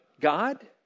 God